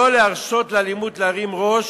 לא להרשות לאלימות להרים ראש,